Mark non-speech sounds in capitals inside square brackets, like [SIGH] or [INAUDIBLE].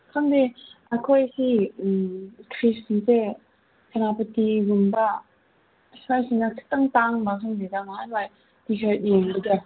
ꯈꯪꯗꯦ ꯑꯩꯈꯣꯏꯁꯤ ꯎꯝ ꯊ꯭ꯔꯤꯐꯀꯤꯁꯦ ꯁꯦꯅꯥꯄꯇꯤꯒꯨꯝꯕ ꯁ꯭ꯋꯥꯏꯁꯤꯅ ꯈꯤꯇꯪ ꯇꯥꯡꯕ꯭ꯔꯥ ꯈꯪꯗꯦꯗ ꯅꯍꯥꯟꯋꯥꯏ [UNINTELLIGIBLE] ꯌꯦꯡꯕꯗ